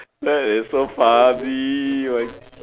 that is so funny oh my